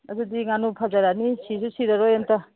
ꯑꯗꯨꯗꯤ ꯉꯥꯅꯨ ꯐꯖꯔꯅꯤ ꯁꯤꯁꯨ ꯁꯤꯔꯔꯣꯏ ꯑꯃꯇ